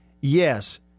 Yes